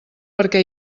perquè